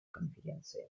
конференции